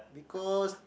because